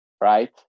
right